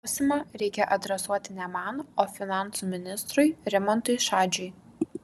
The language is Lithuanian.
klausimą reikia adresuoti ne man o finansų ministrui rimantui šadžiui